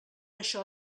això